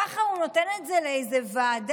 ככה הוא נותן את זה לאיזה ועדה,